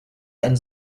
ein